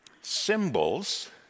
Symbols